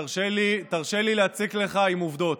תרשה לי להציק לך עם עובדות,